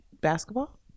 basketball